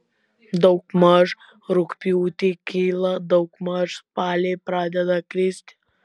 daugmaž rugpjūtį kyla daugmaž spalį pradeda kristi